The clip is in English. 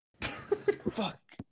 Fuck